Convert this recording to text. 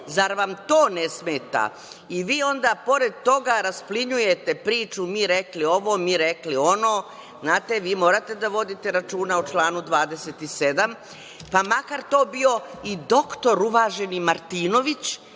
Zar vam to ne smeta? Vi onda i pored toga rasplinjujete priču, mi rekli ovo, mi rekli ono. Znate, vi morate da vodite računa o članu 27, pa makar to bio i doktor uvaženi Martinović,